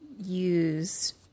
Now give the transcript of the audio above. use